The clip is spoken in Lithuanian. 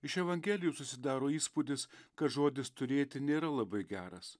iš evangelijų susidaro įspūdis kad žodis turėti nėra labai geras